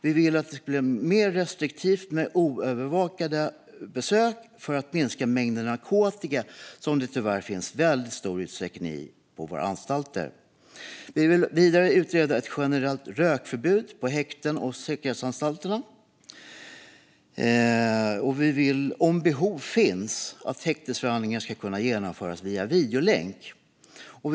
Vi vill att det ska bli mer restriktivt med oövervakade besök för att minska mängden narkotika, som tyvärr är alldeles för stor på våra anstalter. Vi vill vidare utreda ett generellt rökförbud på häkten och säkerhetsanstalter. Vi vill att häktesförhandlingar ska kunna genomförs via videolänk om behov finns.